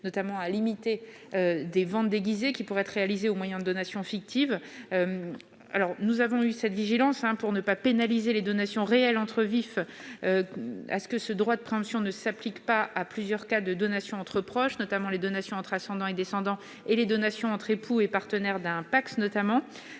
notamment à limiter des ventes déguisées, qui pourraient être réalisées au moyen de donations fictives. Nous avons veillé, afin de ne pas pénaliser les donations réelles entre vifs, à ce que ce droit de préemption ne s'applique pas à plusieurs cas de donations entre proches, notamment les donations entre ascendants et descendants et les donations entre époux et partenaires d'un Pacs.